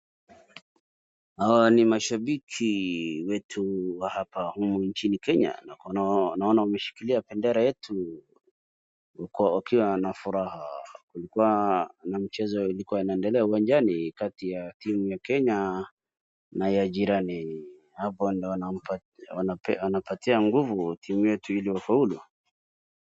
Hawa ni mashabiki wetu wa hapa humu nchini Kenya, na naona wameshikilia bendera yetu, huko wakiwa na furaha, kulikua na michezo ambayo ilikua inaendelea uwanjani kati ya timu ya Kenya na ya jirani, hapo ndio wanapatia nguvu timu yetu ili wafaulu.